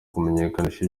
kumenyekanisha